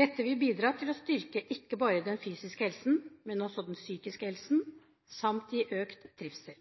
Dette vil bidra til å styrke, ikke bare den fysiske, men også den psykiske, helsen, samt gi økt trivsel.